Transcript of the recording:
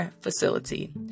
facility